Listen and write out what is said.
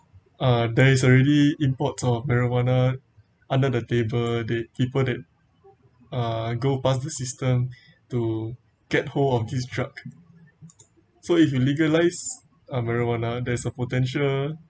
uh there is already imports of marijuana under the table the people that are go pass the system to get hold of this drug so if you legalise marijuana that's a potential